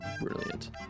Brilliant